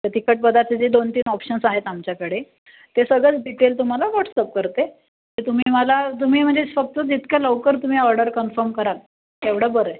ते तिखट पदार्थ जे दोनतीन ऑप्शन्स आहेत आमच्याकडे ते सगळंच डीटेल तुम्हाला व्हॉट्सअप करते ते तुम्ही मला तुम्ही म्हणजे फक्त जितक्या लवकर तुम्ही ऑर्डर कन्फर्म कराल तेवढं बरं आहे